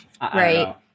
Right